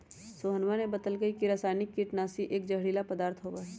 सोहनवा ने बतल कई की रसायनिक कीटनाशी एक जहरीला पदार्थ होबा हई